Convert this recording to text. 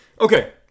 Okay